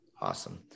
Awesome